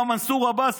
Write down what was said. מר מנסור עבאס,